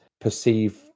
perceive